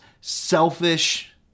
selfish